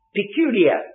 peculiar